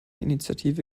initiative